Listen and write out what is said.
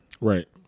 right